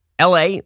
LA